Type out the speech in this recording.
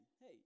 hey